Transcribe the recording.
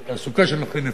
לתעסוקה של נכי נפש בקהילה.